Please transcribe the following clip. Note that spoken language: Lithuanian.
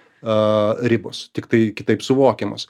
aaa ribos tiktai kitaip suvokiamos